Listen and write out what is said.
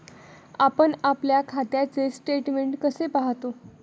आपण आपल्या खात्याचे स्टेटमेंट कसे पाहतो?